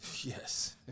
Yes